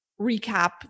recap